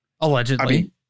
allegedly